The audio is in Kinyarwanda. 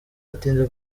atinze